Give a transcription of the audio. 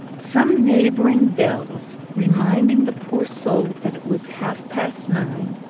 some neighbouring bells, reminding the poor soul that it was half-past nine,